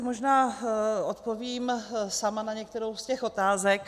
Možná si odpovím sama na některou z těch otázek.